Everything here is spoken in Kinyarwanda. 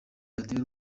radio